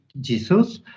Jesus